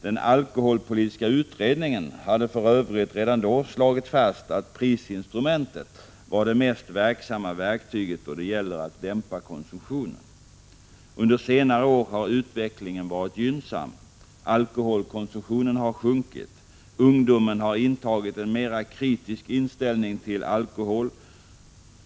Den alkoholpolitiska utredningen hade för Övrigt redan slagit fast att prisinstrumentet var det mest verksamma verktyget då det gäller att dämpa konsumtionen. Under senare år har utvecklingen varit gynnsam. Alkoholkonsumtionen har sjunkit. Ungdomen har intagit en mera kritisk inställning till alkohol.